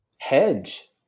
hedge